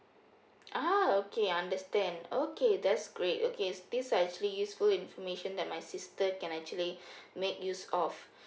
ah okay understand okay that's great okay these are actually useful information that my sister can actually make use of